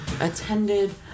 attended